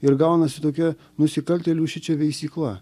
ir gaunasi tokia nusikaltėlių šičia veisykla